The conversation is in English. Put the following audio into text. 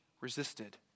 resisted